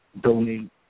donate